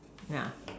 yeah